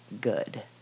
good